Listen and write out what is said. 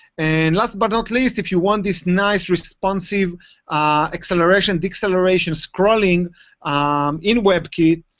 and last but not least, if you want this nice responsive acceleration, deceleration scrolling in webkit,